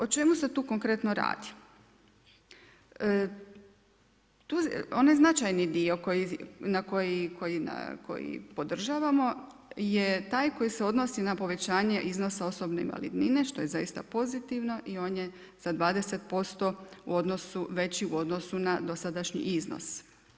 O čemu se tu konkretno radi? onaj značajni dio koji podržavamo je taj koji se odnosi na povećanje iznosa osobne invalidnine što je zaista pozitivno i on je za 20% veći u odnosu na dosadašnji iznos.